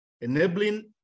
enabling